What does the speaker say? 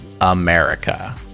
America